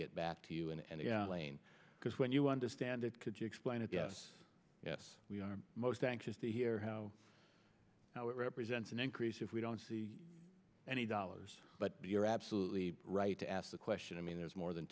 get back to you and the plane because when you understand it could you explain it yes yes we are most anxious to hear how how it represents an increase if we don't see any dollars but you're absolutely right to ask the question i mean there's more than